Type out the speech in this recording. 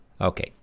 Okay